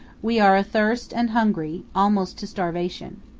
we are athirst and hungry, almost to starvation.